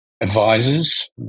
advisors